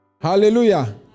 Hallelujah